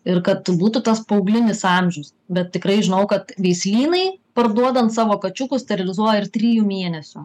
ir kad būtų tas paauglinis amžius bet tikrai žinau kad veislynai parduodant savo kačiukus sterilizuoja ir trijų mėnesių